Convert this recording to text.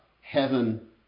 heaven